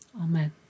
Amen